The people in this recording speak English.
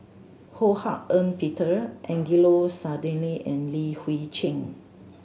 Ho Hak Ean Peter Angelo Sanelli and Li Hui Cheng